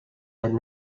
had